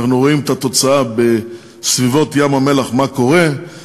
אנחנו רואים את התוצאה בסביבות ים-המלח, מה קורה: